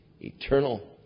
eternal